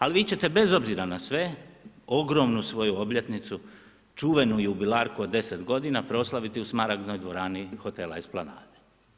Ali vi ćete bez obzira na sve, ogromnu svoju obljetnicu, čuvenu jubilarku od 10 godina proslaviti u Smaragdnoj dvorani hotela Esaplanade.